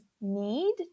need